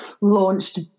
Launched